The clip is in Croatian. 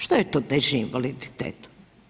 Što je to teži invaliditet?